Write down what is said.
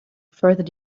further